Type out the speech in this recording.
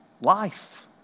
Life